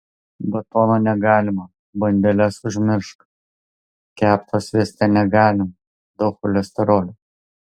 batono negalima bandeles užmiršk kepto svieste negalima daug cholesterolio